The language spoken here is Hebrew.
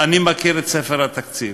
אני מכיר את ספר התקציב.